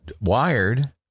wired